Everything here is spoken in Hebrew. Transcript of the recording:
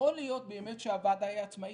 יכול להיות באמת שהוועדה עצמאית,